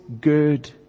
good